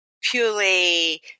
purely